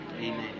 Amen